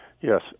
Yes